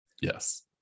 Yes